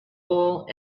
all